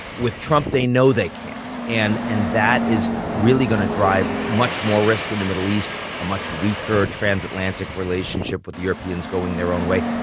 with trump, they know they can't. and and that is really gonna drive much more risk in the middle east, a much weaker trans-atlantic relationship with europeans going their own way.